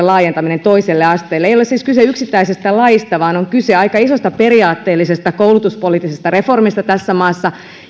laajentaminen toiselle asteelle ei ole siis kyse yksittäisestä laista vaan on kyse aika isosta periaatteellisesta koulutuspoliittisesta reformista tässä maassa